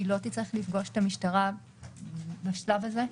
היא לא תצטרך לפגוש את המשטרה בשלב הזה?